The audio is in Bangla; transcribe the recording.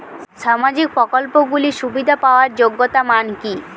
সামাজিক প্রকল্পগুলি সুবিধা পাওয়ার যোগ্যতা মান কি?